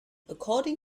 according